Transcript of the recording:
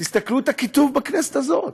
תסתכלו על הקיטוב בכנסת הזאת.